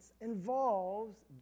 involves